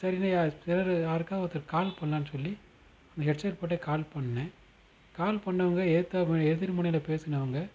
சரின்னு யா யாருக்காது ஒருத்தவருக்கு கால் பண்ணலான்னு சொல்லி அந்த ஹெட்செட் போட்டுடே கால் பண்ணேன் கால் பண்ணவங்கள் எதுத்தாப்ல எதிர்முனையில் பேசுறவங்க